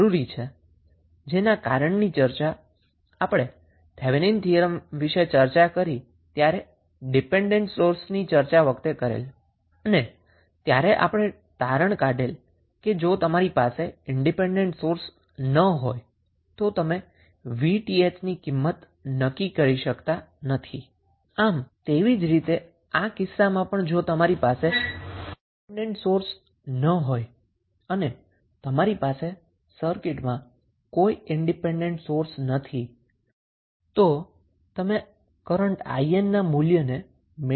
આ જરૂરી છે કારણ કે જ્યારે આપણે થેવેનીન થીયરમ વિષે ચર્ચા કરી હતી ત્યારે ડીપેન્ડન્ટ સોર્સની ચર્ચા કરી હતી અને ત્યારે આપણે તારણ કાઢેલ કે જો તમારી પાસે ઈનડીપેન્ડન્ટ સોર્સ ન હોય તો તમે 𝑉𝑇ℎ ની કિંમત નક્કી કરી શકતા નથી તેવી જ રીતે આ કિસ્સામાં પણ જો તમારી પાસે ડીપેન્ડન્ટ સોર્સ ન હોય અને તમારી પાસે સર્કિટમાં કોઈ ઈન્ડીપેન્ડન્ટ સોર્સ નથી તો તમે કરન્ટ 𝐼𝑁 ના મૂલ્યને મેળવી શકતા નથી